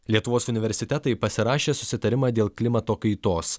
lietuvos universitetai pasirašė susitarimą dėl klimato kaitos